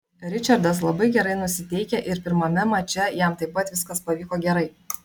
ričardas labai gerai nusiteikė ir pirmame mače jam taip pat viskas pavyko gerai